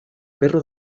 perro